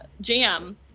jam